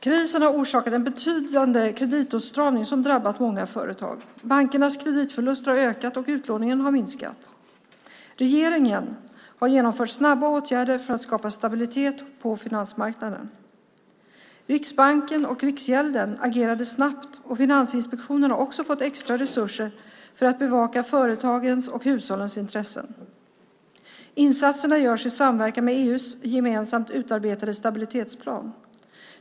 Krisen har orsakat en betydande kreditåtstramning som drabbat många företag. Bankernas kreditförluster har ökat, och utlåningen har minskat. Regeringen har genomfört snabba åtgärder för att skapa stabilitet på finansmarknaden. Riksbanken och Riksgälden agerade snabbt, och Finansinspektionen har också fått extra resurser för att bevaka företagens och hushållens intressen. Insatserna görs i samverkan med EU:s gemensamt utarbetade stabilitetsplan.